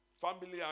Family